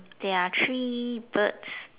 there are three birds